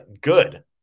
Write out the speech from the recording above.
Good